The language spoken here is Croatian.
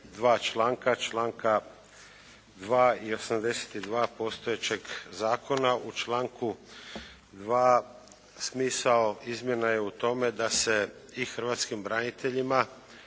dva članka, članka 2. i 82. postojećeg Zakona. U članku 2. smisao, izmjena je u tome da se i hrvatskim braniteljima